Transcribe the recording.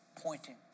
Pointing